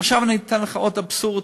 עכשיו אני אתן לך עוד אבסורד